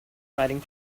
writing